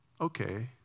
okay